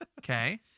Okay